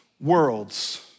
worlds